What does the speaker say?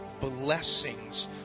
blessings